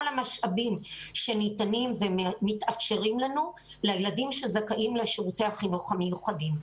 המשאבים שניתנים ומתאפשרים לנו לילדים שזכאים לשירותי החינוך המיוחדים.